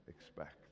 expect